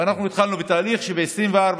ואנחנו התחלנו בתהליך שב-2024,